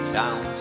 town